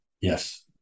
Yes